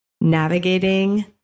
navigating